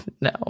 no